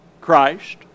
Christ